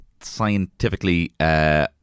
scientifically